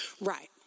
Right